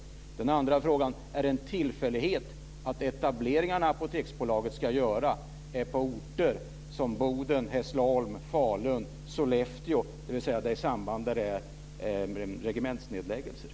Den andra frågan: Är det en tillfällighet att de etableringar som Apoteksbolaget ska göra är på orter som Boden, Hässleholm, Falun och Sollefteå, dvs. där det pågår regementsnedläggningar?